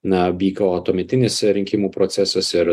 na vyko tuometinis rinkimų procesas ir